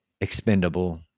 expendable